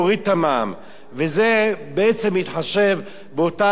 וזה בעצם להתחשב באותן שכבות חלשות.